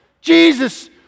Jesus